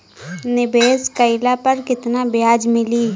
निवेश काइला पर कितना ब्याज मिली?